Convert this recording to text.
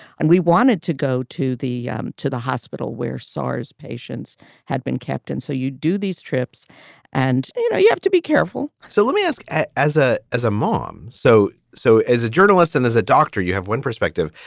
and we wanted to go to the um to the hospital where sa's patients had been kept. and so you do these trips and you know you have to be careful so let me ask as a as a mom. so. so as a journalist and as a doctor, you have one perspective.